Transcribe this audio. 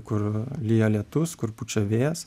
kur lyja lietus kur pučia vėjas